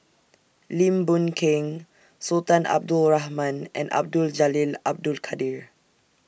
Lim Boon Keng Sultan Abdul Rahman and Abdul Jalil Abdul Kadir